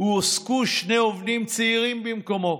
הועסקו שני עובדים צעירים במקומו.